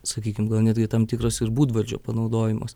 sakykim gal netgi tam tikras ir būdvardžio panaudojimas